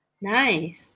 Nice